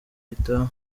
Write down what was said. gitaha